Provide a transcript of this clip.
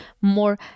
more